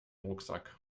rucksack